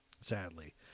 Sadly